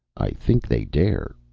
i think they dare,